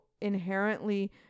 inherently